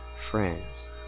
friends